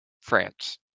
France